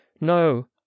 no